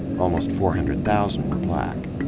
almost four hundred thousand were black.